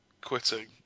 quitting